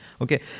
Okay